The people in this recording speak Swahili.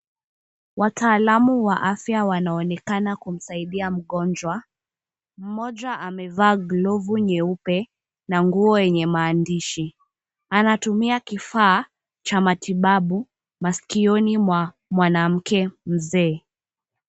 Wataalamu wa afya wanaonekana kumsaidia mngonjwa, mmoja amevaa glovu nyeupe na nguo yenye maandishi. Anatumia kifaa cha matibabu, maskioni mwa mwanamke mzee.